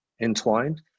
entwined